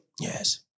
Yes